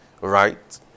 right